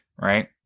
Right